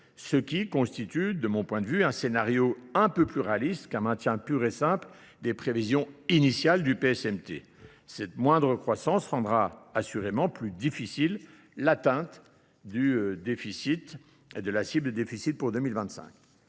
ce qui constitue de mon point de vue un scénario un peu plus réaliste qu'un maintien pur et simple des prévisions initiales du PSMT. Cette moindre croissance rendra assurément plus difficile l'atteinte du déficit et de la cible de déficit pour 2025.